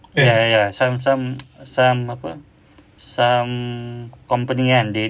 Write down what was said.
ya ya some some some apa some company kan they